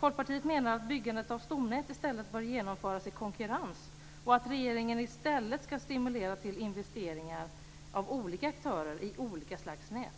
Folkpartiet menar att byggandet av stomnät i stället bör genomföras i konkurrens och att regeringen ska stimulera till investeringar av olika aktörer i olika slags nät.